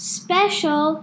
special